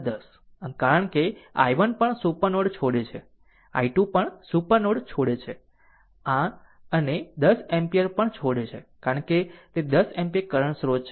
આમ કારણ કે આ i1 પણ સુપર નોડ છોડે છે i2 પણ સુપર નોડ છોડે છે અને 10 એમ્પીયર પણ આ છોડે છે કારણ કે તે 10 એમ્પીયર કરંટ સ્રોત છે